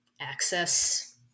access